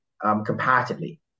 comparatively